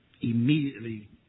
Immediately